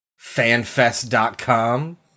Fanfest.com